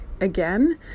again